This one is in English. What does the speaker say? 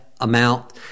amount